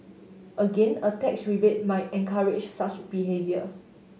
again a tax rebate might encourage such behaviour